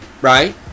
right